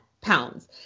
pounds